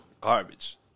Garbage